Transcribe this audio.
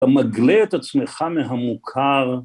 אתה מגלה את עצמך מהמוכר